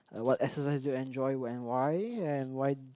what exercise do you enjoy when why and why